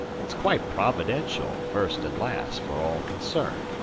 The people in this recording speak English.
it's quite providential, first an' last, fer all concerned.